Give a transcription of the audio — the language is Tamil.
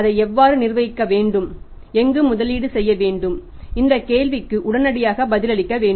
அதை எவ்வாறு நிர்வகிக்க வேண்டும் எங்கு முதலீடு செய்ய வேண்டும் இந்த கேள்விக்கு உடனடியாக பதிலளிக்க வேண்டும்